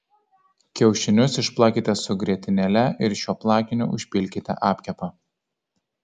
kiaušinius išplakite su grietinėle ir šiuo plakiniu užpilkite apkepą